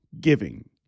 giving